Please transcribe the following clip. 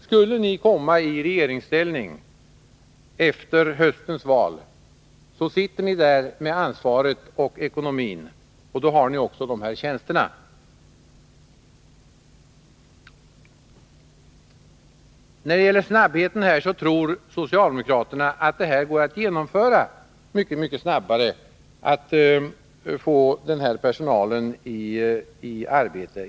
Skulle ni komma i regeringsställning efter höstens val sitter ni där med ansvaret och ekonomin, och då har ni att ta ställning till de här tjänsterna. Socialdemokraterna tror att det går mycket snabbare att få denna personal i arbete.